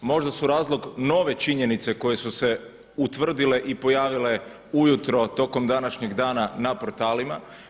Možda su razlog nove činjenice koje su se utvrdile i pojavile ujutro tokom današnjeg dana na portalima.